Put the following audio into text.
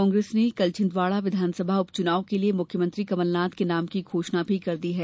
कांग्रेस ने कल छिंदवाड़ा विधानसभा उपचुनाव के लिये मुख्यमंत्री कमलनाथ के नाम की घोषणा भी कर दी है